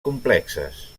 complexes